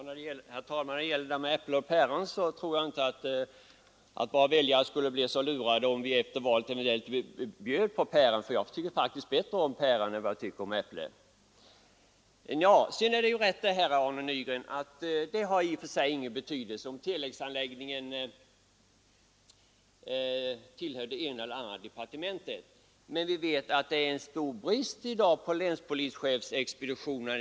Herr talman! När det gäller detta med äpplen och päron tror jag inte att våra väljare skulle bli så lurade, om vi efter valet eventuellt bjöd på päron. Jag tycker själv faktiskt bättre om päron än om äpplen. Sedan är det riktigt, Arne Nygren, att det i och för sig inte har någon betydelse om telexanläggningarna tillhör det ena eller andra departementet. Men vi vet att det i dag råder stor brist på denna tekniska utrustning ute på länspolischefernas expeditioner.